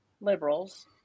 liberals